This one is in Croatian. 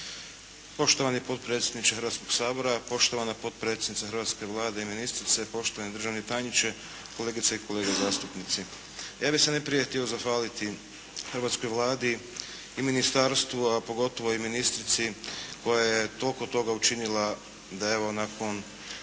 Poštovani potpredsjedniče Hrvatskoga sabora, poštovana potpredsjednice hrvatske Vlade i ministrice, poštovani državni tajniče, kolegice i kolege zastupnici. Ja bih se najprije htio zahvaliti hrvatskoj Vladi i ministarstvu a pogotovo i ministrici koja je toliko toga učinila da evo nakon